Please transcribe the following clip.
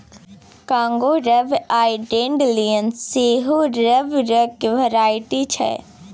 Congo rubber आ dandelion सेहो रबरक भेराइटी छै